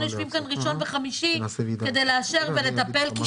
יושבים כאן בימי ראשון וחמישי כדי לאשר ולטפל כי